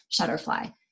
Shutterfly